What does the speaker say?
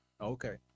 Okay